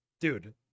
dude